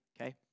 okay